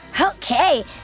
Okay